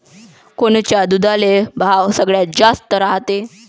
कोनच्या दुधाले भाव सगळ्यात जास्त रायते?